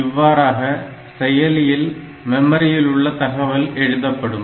இவ்வாறாக செயலியில் மெமரியில் உள்ள தகவல் எழுதப்படும்